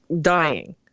dying